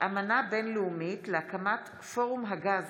הצעת חוק הכנסת